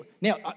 Now